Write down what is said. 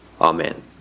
Amen